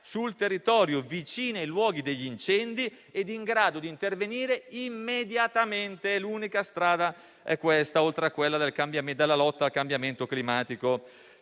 sul territorio, vicino ai luoghi degli incendi, e in grado di intervenire immediatamente. L'unica strada è questa, oltre alla lotta al cambiamento climatico.